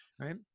right